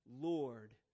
Lord